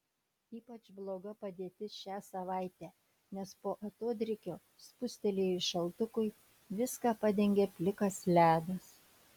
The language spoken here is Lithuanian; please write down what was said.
ypač bloga padėtis šią savaitę nes po atodrėkio spustelėjus šaltukui viską padengė plikas ledas